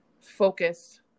focus